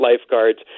lifeguards